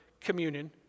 communion